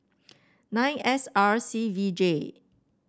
nine S R C V J